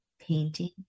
painting